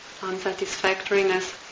Unsatisfactoriness